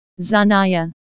Zanaya